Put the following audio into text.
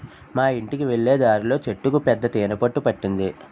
మా యింటికి వెళ్ళే దారిలో చెట్టుకు పెద్ద తేనె పట్టు పట్టింది